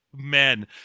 men